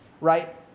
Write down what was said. right